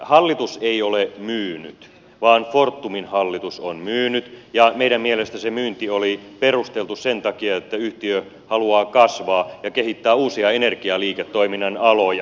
hallitus ei ole myynyt vaan fortumin hallitus on myynyt ja meidän mielestämme myynti oli perusteltu sen takia että yhtiö haluaa kasvaa ja kehittää uusia energialiiketoiminnan aloja